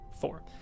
Four